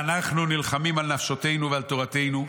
ואנחנו נלחמים על נפשותנו ועל תורתנו.